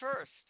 first